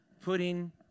putting